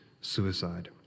suicide